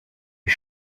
est